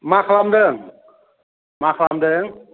मा खालामदों मा खालामदों